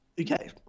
Okay